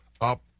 up